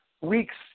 weeks